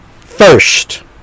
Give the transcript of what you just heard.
First